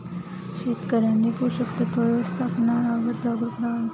शेतकऱ्यांनी पोषक तत्व व्यवस्थापनाबाबत जागरूक राहावे